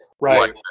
Right